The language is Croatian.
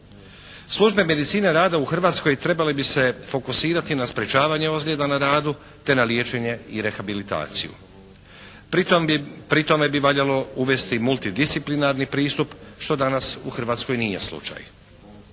Službe Medicine rada u Hrvatskoj trebale bi se fokusirati na sprječavanje ozljeda na radu te na liječenje i rehabilitaciju. Pri tome bi valjalo uvesti multi disciplinarni pristup što danas u Hrvatskoj nije slučaj.